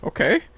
Okay